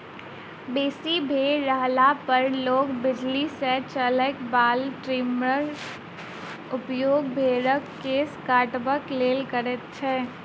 बेसी भेंड़ रहला पर लोक बिजली सॅ चलय बला ट्रीमरक उपयोग भेंड़क केश कटबाक लेल करैत छै